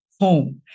home